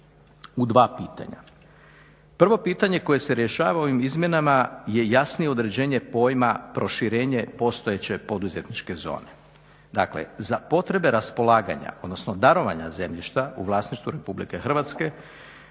u dva pitanja. Prvo pitanje koje se rješava ovim izmjenama je jasnije određenje pojma proširenje postojeće poduzetničke zone. Dakle za potrebe raspolaganja odnosno darovanja zemljišta u vlasništvu Republike Hrvatske